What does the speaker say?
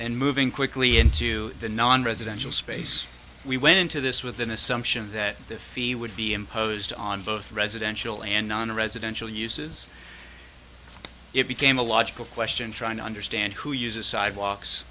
then moving quickly into the non residential space we went into this with an assumption that the fee would be imposed on both residential and nonresidential uses it became a logical question trying to understand who uses sidewalks